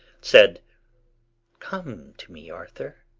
said come to me, arthur.